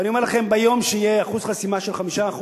ואני אומר לכם, ביום שיהיה אחוז חסימה של 5%